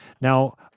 Now